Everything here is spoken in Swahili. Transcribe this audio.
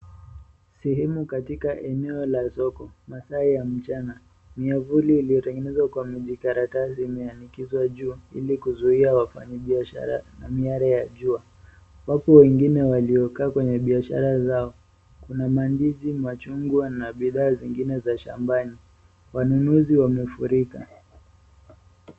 Sehemu katika eneo la soko, masaa ya mchana. Miavuli iliyotengenezwa kwa mijikaratasi imeanikizwa juu ili kuzuia wafanyibiashara na miale ya jua. Wapo wengine waliokaa kwenye biashara zao, kuna mandizi, machungwa na bidhaa zingine za shambani. Wanunuzi wamefurika.